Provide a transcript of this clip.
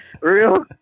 real